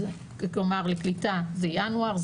לקליטה זה ינואר.